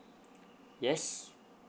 yes